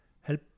help